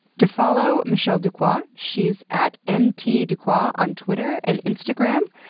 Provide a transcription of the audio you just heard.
to follow michelle dookwah, she's at mtdookwah on twitter and instagram,